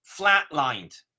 flatlined